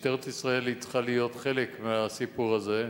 משטרת ישראל צריכה להיות חלק מהסיפור הזה.